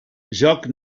jóc